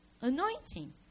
anointing